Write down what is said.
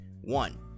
One